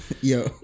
Yo